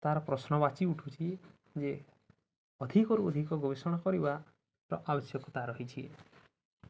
ତା'ର ପ୍ରଶ୍ନବାଚୀ ଉଠୁଚି ଯେ ଅଧିକରୁ ଅଧିକ ଗବେଷଣା କରିବାର ଆବଶ୍ୟକତା ରହିଛି